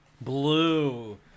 blue